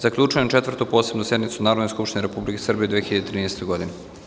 Zaključujem Četvrtu posebnu sednicu Narodne skupštine Republike Srbije u 2013. godini.